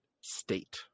state